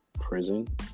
prison